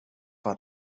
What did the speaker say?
war